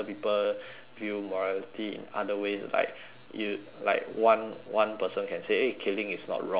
view morality in other ways like you like one one person can say eh killing is not wrong but